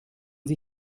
sie